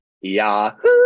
Yahoo